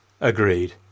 agreed